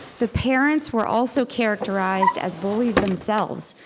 the parents were also characterized as bullies themselves,